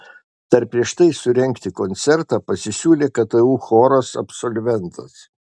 dar prieš tai surengti koncertą pasisiūlė ktu choras absolventas